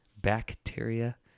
bacteria